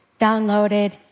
downloaded